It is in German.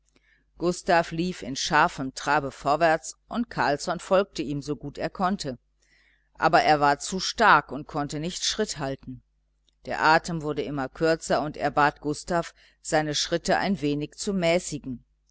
gustav lief in scharfem trabe vorwärts und carlsson folgte ihm so gut er konnte aber er war zu stark und konnte nicht schritt halten der atem wurde immer kürzer und er bat gustav seine schritte ein wenig zu mäßigen